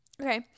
Okay